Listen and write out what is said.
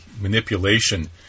manipulation